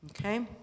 Okay